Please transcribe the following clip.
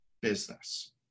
business